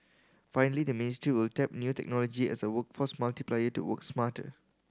finally the ministry will tap new technology as a workforce multiplier to work smarter